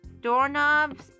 Doorknobs